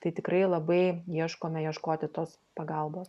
tai tikrai labai ieškome ieškoti tos pagalbos